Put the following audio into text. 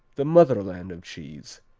the motherland of cheese,